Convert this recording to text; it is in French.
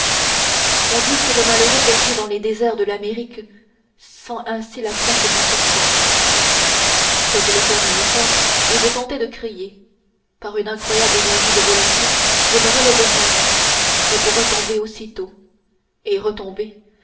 on dit que le malheureux perdu dans les déserts de l'amérique sent ainsi l'approche du serpent je voulais faire un effort je tentai de crier par une incroyable énergie de volonté je me relevai même mais pour retomber aussitôt et retomber